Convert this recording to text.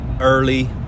early